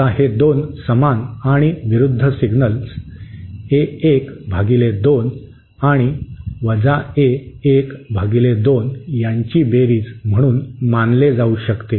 आता हे 2 समान आणि विरुद्ध सिग्नल्स ए 1 भागिले 2 आणि ए 1 भागिले 2 यांची बेरीज म्हणून मानले जाऊ शकते